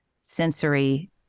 sensory